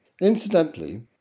Incidentally